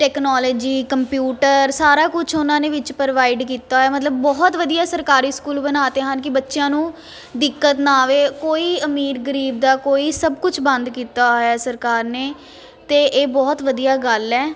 technology computer ਸਾਰਾ ਕੁਛ ਉਹਨਾਂ ਦੇ ਵਿੱਚ ਪ੍ਰੋਵਾਈਡ ਕੀਤਾ ਹੋਇਆ ਮਤਲਬ ਬਹੁਤ ਵਧੀਆ ਸਰਕਾਰੀ ਸਕੂਲ ਬਣਾ ਤੇ ਹਨ ਕਿ ਬੱਚਿਆਂ ਨੂੰ ਦਿੱਕਤ ਨਾ ਆਵੇ ਕੋਈ ਅਮੀਰ ਗਰੀਬ ਦਾ ਕੋਈ ਸਭ ਕੁਛ ਬੰਦ ਕੀਤਾ ਹੋਇਆ ਸਰਕਾਰ ਨੇ ਅਤੇ ਇਹ ਬਹੁਤ ਵਧੀਆ ਗੱਲ ਹੈ